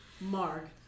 Mark